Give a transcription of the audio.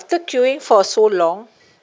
after queuing for so long